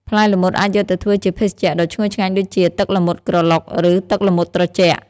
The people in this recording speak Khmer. ផ្លែល្មុតអាចយកទៅធ្វើជាភេសជ្ជៈដ៏ឈ្ងុយឆ្ងាញ់ដូចជា ទឹកល្មុតក្រឡុក ឬ ទឹកល្មុតត្រជាក់។